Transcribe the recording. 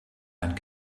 and